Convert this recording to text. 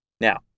Now